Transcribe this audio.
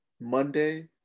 Monday